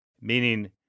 meaning